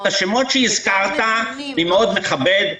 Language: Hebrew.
את השמות שהזכרת אני מכבד מאוד.